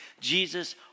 Jesus